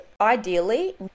Ideally